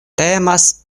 temas